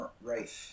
right